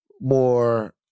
more